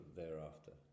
thereafter